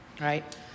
right